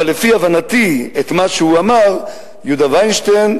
אבל לפי הבנתי מה שהוא אמר: יהודה וינשטיין,